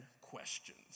questions